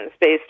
based